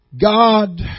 God